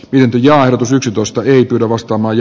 lintuja yksitoista ei pyydä vasta maj